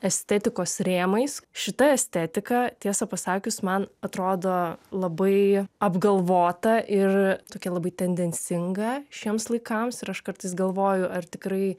estetikos rėmais šita estetika tiesą pasakius man atrodo labai apgalvota ir tokia labai tendencinga šiems laikams ir aš kartais galvoju ar tikrai